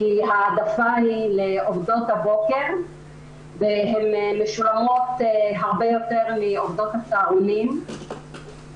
כי ההעדפה היא לעובדות הבוקר והן משולמות הרבה יותר מעובדות הצהרונים.